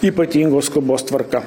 ypatingos skubos tvarka